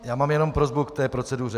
Já mám jenom prosbu k té proceduře.